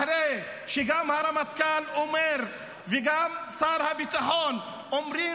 אחרי שגם הרמטכ"ל וגם שר הביטחון אומרים